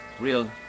real